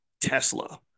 Tesla